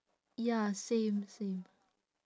ya same same